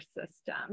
system